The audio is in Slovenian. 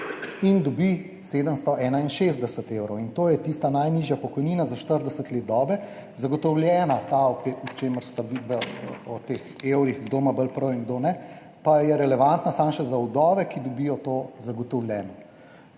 in dobi 761 evrov, in to je tista najnižja pokojnina za 40 let dobe, zagotovljena, ta o čemer sta vidva o teh evrih, kdo ima bolj prav in kdo ne, pa je relevantna samo še za vdove, ki dobijo to zagotovljeno.